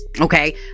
Okay